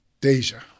Deja